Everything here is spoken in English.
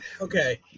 Okay